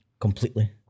completely